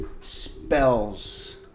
Spells